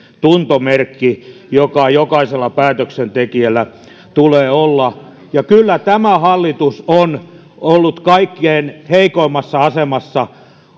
tuntomerkki joka jokaisella päätöksentekijällä tulee olla kyllä tämä hallitus on ollut kaikkein heikoimmassa asemassa